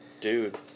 dude